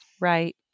Right